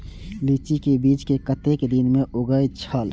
लीची के बीज कै कतेक दिन में उगे छल?